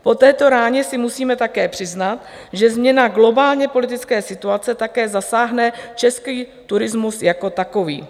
Po této ráně si musíme také přiznat, že změna globální politické situace také zasáhne český turismus jako takový.